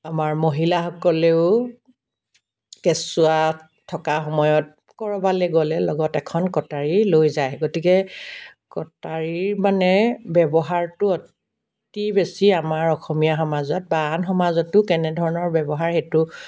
আমাৰ মহিলাসকলেও কেঁচুৱাত থকা সময়ত ক'ৰবালৈ গ'লে লগত এখন কটাৰী লৈ যায় গতিকে কটাৰীৰ মানে ব্যৱহাৰটো অতি বেছি আমাৰ অসমীয়া সমাজত বা আন সমাজতো কেনেধৰণৰ ব্যৱহাৰ সেইটো